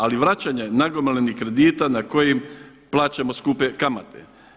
Ali vraćanje nagomilanih kredita na kojim plaćamo skupe kamate.